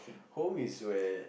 home is where